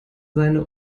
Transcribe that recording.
seine